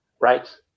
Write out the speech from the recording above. Right